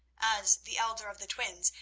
as the elder of the twins,